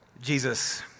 Jesus